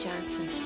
johnson